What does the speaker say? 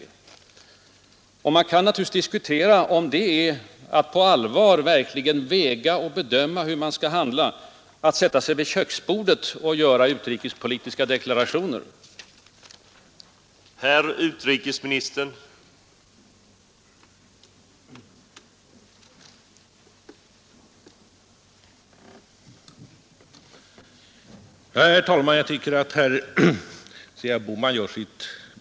Och man kan naturligtvis diskutera om det verkligen är att ”på allvar överväga varje steg” att sätta sig vid det egna köksbordet för att där utarbeta svenska Nr 48 utrikespolitiska deklarationer. Onsdagen den